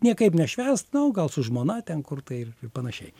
niekaip nešvęst na gal su žmona ten kur tai ir panašiai